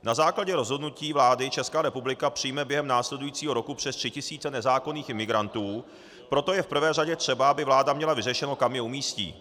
Na základě rozhodnutí vlády Česká republika přijme během následujícího roku přes 3 tisíce nezákonných imigrantů, proto je v prvé řadě třeba, aby vláda měla vyřešeno, kam je umístí.